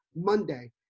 Monday